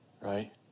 right